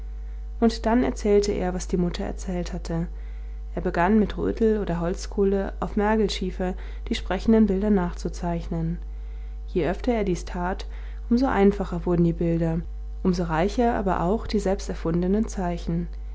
und dann erzählte er was die mutter erzählt hatte er begann mit rötel oder holzkohle auf mergelschiefer die sprechenden bilder nachzuzeichnen je öfter er dies tat um so einfacher wurden die bilder um so reicher aber auch die selbsterfundenen zeichen